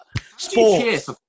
Sports